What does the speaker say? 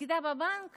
הפקידה בבנק